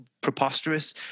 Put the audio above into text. preposterous